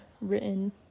written